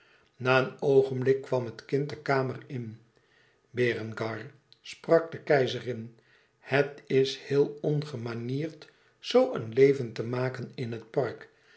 na een oogenblik kwam het kind de kamer in berengar sprak de keizerin het is heel ongemanierd zoo een leven te maken in het park